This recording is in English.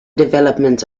development